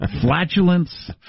flatulence